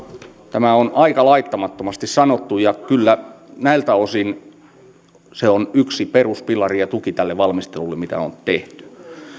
tämä on aika laittamattomasti sanottu ja kyllä näiltä osin se on yksi peruspilari ja tuki tälle valmistelulle mikä on tehty